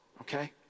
okay